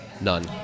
none